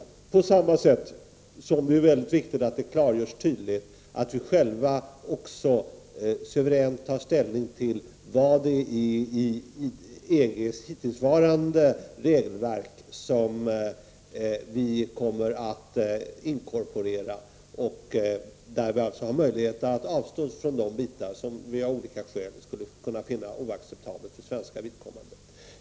Det är på samma sätt viktigt att det tydligt klargörs att vi själva suveränt tar ställning till vad i EG:s hittillsvarande regelverk vi kommer att inkorporera. I det sammanhanget skall vi alltså ha möjlighet att avstå från de bitar som vi av olika skäl skulle kunna finna oacceptabla för svenskt vidkommande.